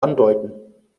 andeuten